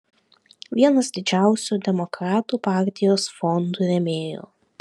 vienas didžiausių demokratų partijos fondų rėmėjų